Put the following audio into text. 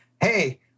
Hey